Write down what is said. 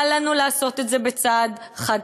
אל לנו לעשות את זה בצעד חד-צדדי.